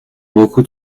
beaucoup